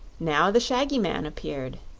now the shaggy man appeared,